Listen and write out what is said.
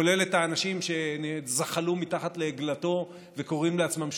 כולל את האנשים שזחלו מתחת לעגלתו וקוראים לעצמם שותפים,